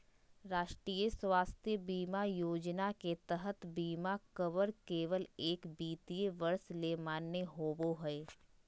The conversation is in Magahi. राष्ट्रीय स्वास्थ्य बीमा योजना के तहत बीमा कवर केवल एक वित्तीय वर्ष ले मान्य होबो हय